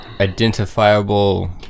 identifiable